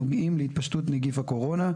הנוגעים להתפשטות נגיף הקורונה,